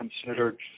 considered